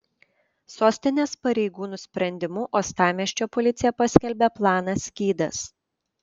sostinės pareigūnų sprendimu uostamiesčio policija paskelbė planą skydas